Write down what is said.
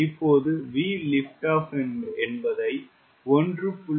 இப்போது VLO என்பதை 1